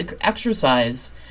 exercise